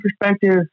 perspective